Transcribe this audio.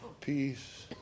peace